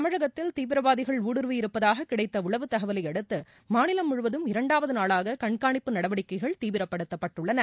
தமிழகத்தில் தீவிரவாதிகள் ஊடுறுவி இருப்பதாக கிடைத்த உளவுத் தகவலை அடுத்து மாநிலம் முழுவதும் இரண்டாவது நாளாக கண்காணிப்பு நடவடிக்கைகள் தீவிரப்படுத்தப்பட்டுள்ளன